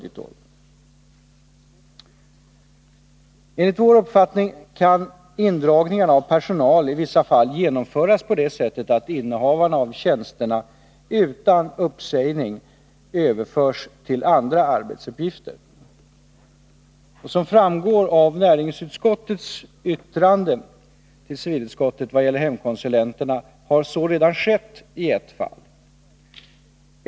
Enligt vår uppfattning kan indragningen av personal i vissa fall genomföras på det sättet att innehavarna av tjänsterna utan uppsägning överförs till andra arbetsuppgifter. Som framgår av näringsutskottets yttrande till civilutskottet vad gäller hemkonsulenterna har så redan skett i ett fall.